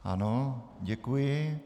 Ano, děkuji.